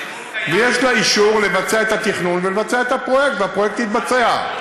ויש לה אישור לבצע את התכנון ולבצע את הפרויקט והפרויקט יתבצע.